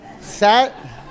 Set